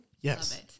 Yes